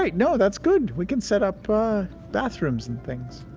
like no, that's good. we can set up bathrooms and things.